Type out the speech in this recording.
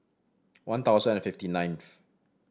one thousand and fifty ninth